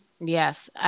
Yes